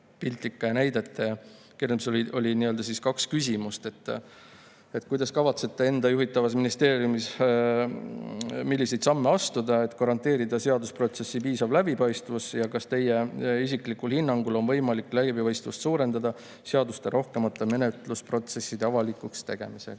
piltlike näidetega [seoses] oli kaks küsimust. Milliseid samme kavatsete enda juhitavas ministeeriumis astuda, et garanteerida seadusprotsessi piisav läbipaistvus? Ja kas teie isiklikul hinnangul on võimalik läbipaistvust suurendada seaduste rohkemate menetlusprotsesside avalikuks tegemisega?